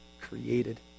created